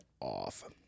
off